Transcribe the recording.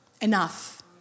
enough